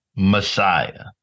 messiah